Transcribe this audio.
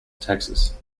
texas